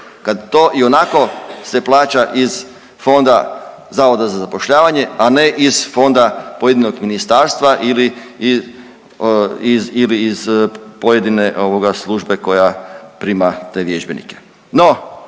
kad to ionako se plaća iz fonda zavoda za zapošljavanje, a ne iz fonda pojedinog ministarstva ili iz, ili iz pojedine ovoga službe koja prima te vježbenike.